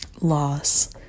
loss